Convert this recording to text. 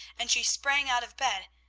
and she sprang out of bed,